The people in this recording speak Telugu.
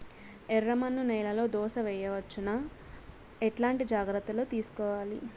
ఎర్రమన్ను నేలలో దోస వేయవచ్చునా? ఎట్లాంటి జాగ్రత్త లు తీసుకోవాలి?